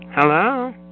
Hello